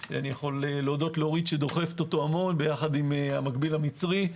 שאני יכול להודות לאורית שדוחפת אותו המון ביחד עם המקביל המצרי.